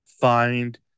find